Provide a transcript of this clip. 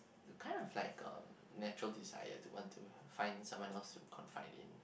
the kind of like um natural desire to want to find someone else to confide in